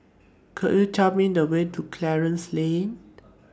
Could YOU Tell Me The Way to Clarence Lane